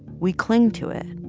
we cling to it